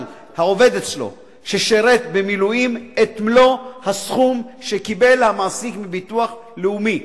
העובד אצלו ששירת במילואים את מלוא הסכום שקיבל המעסיק מהביטוח הלאומי.